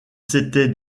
s’étaient